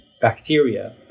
bacteria